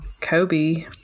Kobe